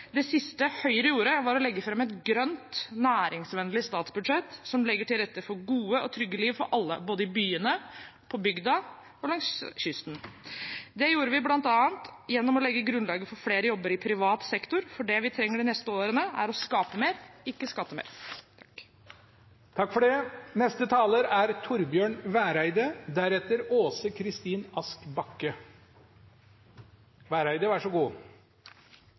Det siste Høyre gjorde, var å legge fram et grønt, næringsvennlig statsbudsjett som legger til rette for gode og trygge liv for alle, både i byene, på bygda og langs kysten. Det gjorde vi bl.a. gjennom å legge grunnlaget for flere jobber i privat sektor, for det vi trenger de neste årene, er å skape mer, ikke skatte mer.